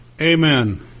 Amen